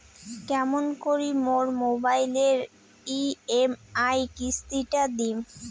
কেমন করি মোর মোবাইলের ই.এম.আই কিস্তি টা দিম?